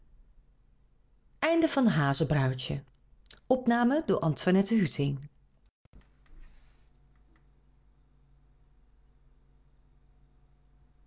om te zien